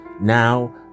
now